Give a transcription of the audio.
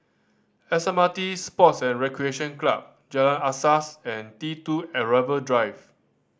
S M R T Sports and Recreation Club Jalan Asas and T Two Arrival Drive